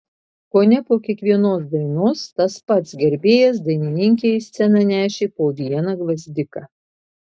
kone po kiekvienos dainos tas pats gerbėjas dainininkei į sceną nešė po vieną gvazdiką